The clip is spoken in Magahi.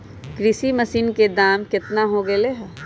कृषि मशीन के दाम कितना हो गयले है?